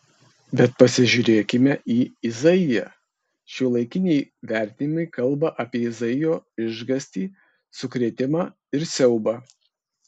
bet pasižiūrėkime į izaiją šiuolaikiniai vertimai kalba apie izaijo išgąstį sukrėtimą ir siaubą